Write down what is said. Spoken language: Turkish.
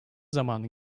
zamanı